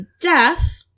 death